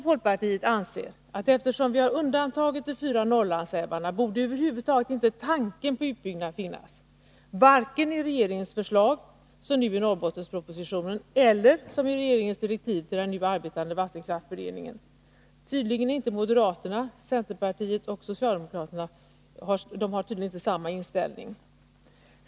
Folkpartiet anser att då vi har undantagit de fyra Norrlandsälvarna borde inte ens tanken på utbyggnad finnas, varken i regeringens förslag — som nu i Norrbottenspropositionen — eller som i regeringens direktiv till den nu arbetande vattenkraftberedningen. Tydligen har inte moderaterna, centern och socialdemokraterna samma inställning!